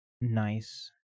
nice